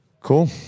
Cool